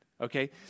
Okay